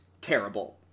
terrible